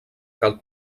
cal